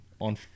on